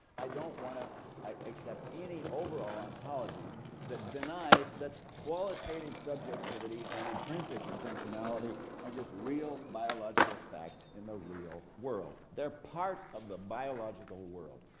i don't want to accept any overall ontology that denies that qualitative subjectivity and intrinsic intentionality are just real biological facts in the real world, they're part of the biological world.